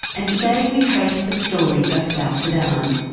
and today we trace the story of south sudan.